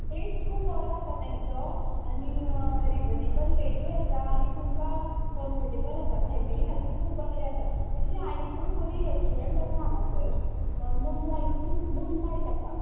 taste खूब बरो आसा तेंचो आनी रिजनेबल रेटूय आसा आनी तुमकां कंफटेबल आसा फॅमिली खातीर खूब बरें आसा तशीं आनी बरीं रॅस्टॉरंट आसा हांगासर मुनलायट बी मुनलायट आसा